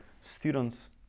students